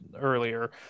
earlier